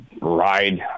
ride